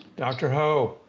dr. ho.